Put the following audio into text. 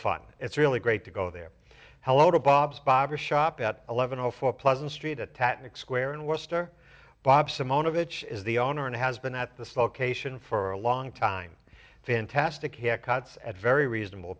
fun it's really great to go there hello to bob's barber shop at eleven o four pleasant street a tatic square and were star bob simone of it is the owner and has been at this location for a long time fantastic haircuts at very reasonable